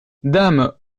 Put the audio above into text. dame